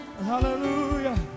Hallelujah